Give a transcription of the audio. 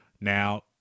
Now